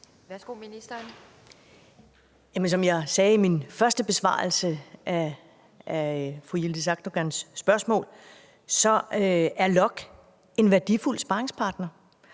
Jamen som jeg sagde i min første besvarelse af fru Yildiz Akdogans spørgsmål, er LOKK en værdifuld sparringspartner.